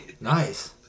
Nice